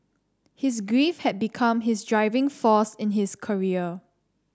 his grief had become his driving force in his career